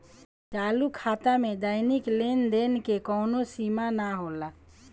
चालू खाता में दैनिक लेनदेन के कवनो सीमा ना होला